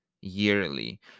yearly